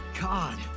God